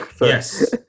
Yes